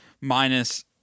minus